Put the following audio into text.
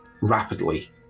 rapidly